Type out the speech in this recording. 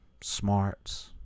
Smarts